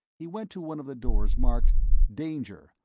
he went to one of the doors marked danger,